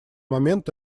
момент